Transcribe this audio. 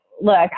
look